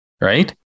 right